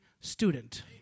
student